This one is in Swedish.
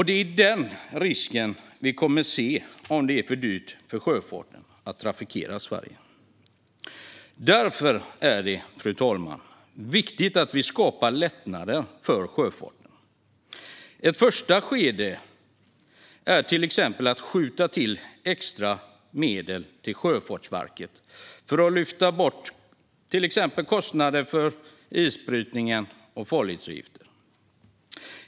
Det är en risk vi kommer att få ta om det är för dyrt för sjöfarten att trafikera Sverige. Därför är det viktigt att vi skapar lättnader för sjöfarten, fru talman. Ett första skede vore att skjuta till extra medel till Sjöfartsverket för att lyfta bort exempelvis kostnader för isbrytningen och farledsavgifter.